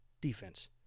Defense